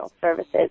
services